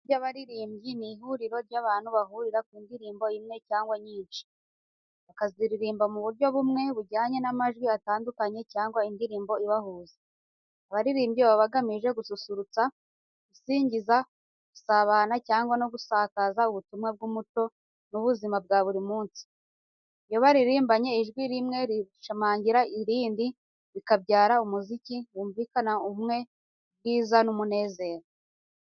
Itsinda ry’abaririmbyi ni ihuriro ry’abantu bahurira ku ndirimbo imwe cyangwa nyinshi, bakaziririmba mu buryo bumwe, bujyanye n’amajwi atandukanye cyangwa indirimbo ibahuza. Abaririmbyi baba bagamije gususurutsa, gusingiza, gusabana cyangwa no gusakaza ubutumwa bw’umuco n’ubuzima bwa buri munsi. Iyo baririmbanye ijwi rimwe rishimangira irindi, bikabyara umuziki wumvikanamo ubumwe, ubwiza n’umunezero.